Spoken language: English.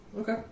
Okay